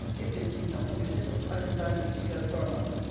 if this be not permitted, i desire leave to go for a month,